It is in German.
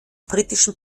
britischen